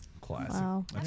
Classic